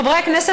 חברי הכנסת,